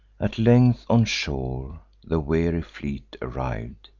at length on shore the weary fleet arriv'd,